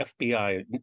fbi